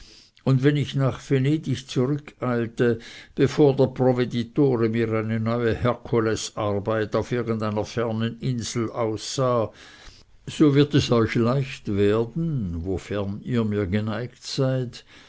und wenn ich nach venedig zurückeilte bevor der provveditore mir eine neue herkulesarbeit auf irgendeiner fernen insel aussann so wird es euch leicht werden wofern ihr mir geneigt seid